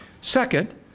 Second